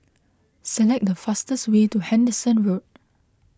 select the fastest way to Henderson Road